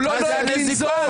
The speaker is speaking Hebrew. הוא לא נוהג לנזוף,